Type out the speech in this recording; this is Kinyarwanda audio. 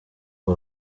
rwa